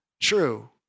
true